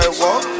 walk